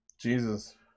Jesus